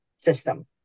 system